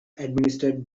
administered